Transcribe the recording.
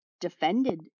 defended